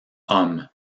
homme